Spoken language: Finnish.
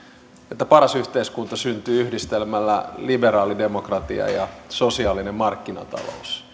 että paras yhteiskunta syntyy yhdistelmällä liberaalidemokratia ja sosiaalinen markkinatalous